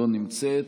לא נמצאת,